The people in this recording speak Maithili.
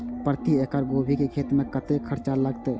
प्रति एकड़ गोभी के खेत में कतेक खर्चा लगते?